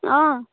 অঁ